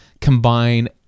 combine